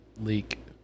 leak